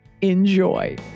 enjoy